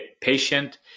patient